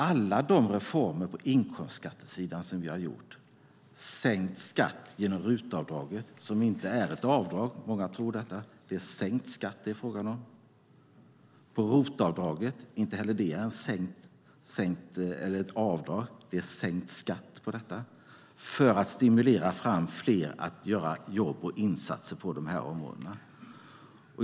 Alla de reformer på inkomstskattesidan som vi har genomfört, som sänkt skatt genom RUT-avdraget som inte är fråga om ett avdrag - många tror det - utan sänkt skatt, och ROT-avdraget som inte heller det är ett avdrag utan sänkt skatt, är för att stimulera fram fler att göra jobb och insatser på de här områdena.